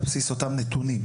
אותם נתונים.